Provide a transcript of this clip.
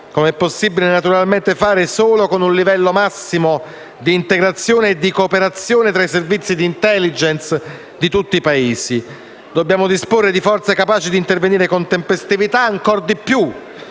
è possibile fare solo con un livello massimo di integrazione e cooperazione tra i servizi di *intelligence* di tutti i Paesi. Dobbiamo disporre di forze capaci di intervenire con tempestività ancor più